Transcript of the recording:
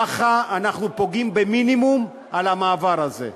כך אנחנו פוגעים במינימום במעבר הזה.